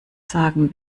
sagen